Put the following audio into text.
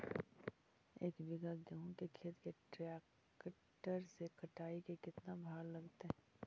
एक बिघा गेहूं के खेत के ट्रैक्टर से कटाई के केतना भाड़ा लगतै?